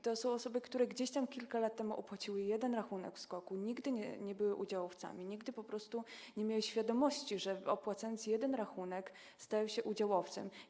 To są osoby, które gdzieś tam kilka lat temu opłaciły jeden rachunek w SKOK-u, nigdy nie były udziałowcami, po prostu nie miały świadomości, że opłacając jeden rachunek, stają się udziałowcami.